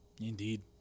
Indeed